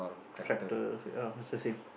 tractor oh it's the same